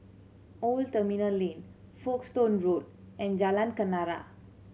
Old Terminal Lane Folkestone Road and Jalan Kenarah